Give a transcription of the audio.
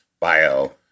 bio